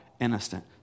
innocent